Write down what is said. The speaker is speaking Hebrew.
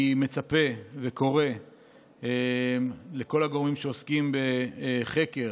אני מצפה וקורא לכל הגורמים שעוסקים בחקר